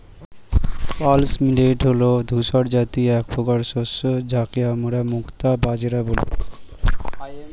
pearl millet হল ধূসর জাতীয় একপ্রকার শস্য যাকে আমরা মুক্তা বাজরা বলি